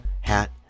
hat